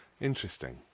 Interesting